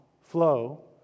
flow